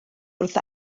wrth